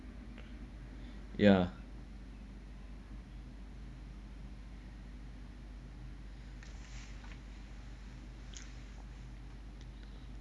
ya